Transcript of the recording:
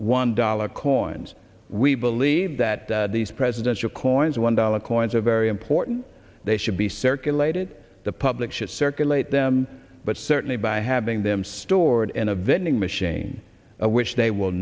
one dollar coins we believe that these presidential coins one dollar coins are very important they should be circulated the public should circulate them but certainly by having them stored in a vending machine which they will